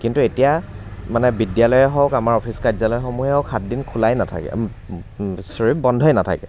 কিন্তু এতিয়া মানে বিদ্যালয়ে হওক আমাৰ অফিচ কাৰ্যালয়সমূহে হওক সাত দিন খোলাই নাথাকে ছৰী বন্ধই নাথাকে